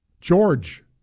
George